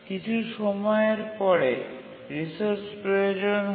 কিছু সময়ের পরে রিসোর্স প্রয়োজন হয়